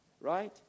right